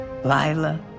Lila